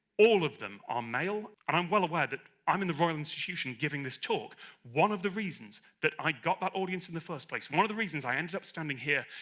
all of them are male and i'm well aware that i'm in the royal institution giving this talk one of the reasons that i got that audience and the first place, one of the reasons i ended up standing here,